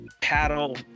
paddle